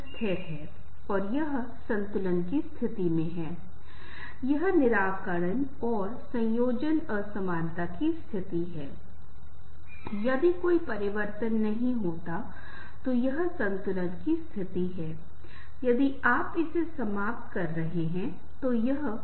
रिश्ते हमारे अस्तित्व के लिए भी आवश्यक है कई बार हमें केवल अस्तित्व के लिए रिश्ते की आवश्यकता होती है ये हमारे जीवन की आवश्यकता है भोजन पानी और आश्रय हैं और इसके लिए भी स्थिति की मांग है अगर कोई भूखा पेट है और यदि आप ज्ञान दे रहे हैं या बहुत उच्च दर्शन की बात कर रहे हैं तो वह सुनने वाला नहीं है